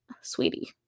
Sweetie